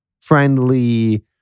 friendly